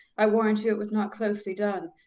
i warrant you it was not closely done.